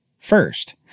First